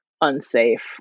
unsafe